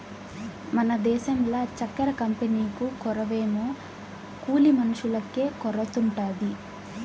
మన దేశంల చక్కెర కంపెనీకు కొరవేమో కూలి మనుషులకే కొరతుండాది